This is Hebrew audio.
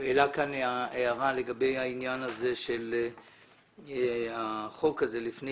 - שהעלה כאן הערה לגבי העניין הזה של החוק הזה לפני